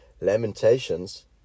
Lamentations